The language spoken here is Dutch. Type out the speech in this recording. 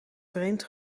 vreemd